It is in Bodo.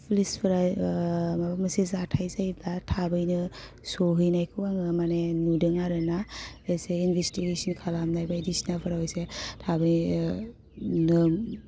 पुलिसफोरा माबा मोनसे जाथाय जायोब्ला थाबैनो सहैनायखौ आङो माने नुदों आरोना एसए इनभेस्टिगेसन खालामनाय बायदिसिनाफोराव जे थाबै नोम